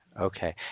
Okay